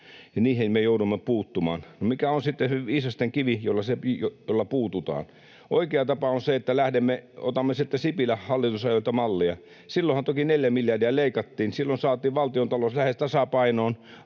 niihin me joudumme puuttumaan. No, mikä on sitten viisasten kivi, jolla tähän puututaan? Oikea tapa on se, että otamme sieltä Sipilän hallitusajoilta mallia. Silloinhan toki neljä miljardia leikattiin, silloin saatiin valtiontalous lähes tasapainoon,